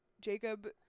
jacob